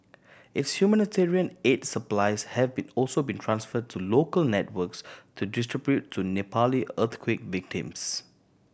its humanitarian aid supplies have been also been transfer to local networks to distribute to Nepali earthquake victims